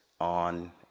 on